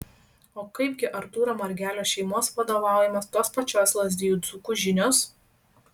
o kaip gi artūro margelio šeimos vadovaujamos tos pačios lazdijų dzūkų žinios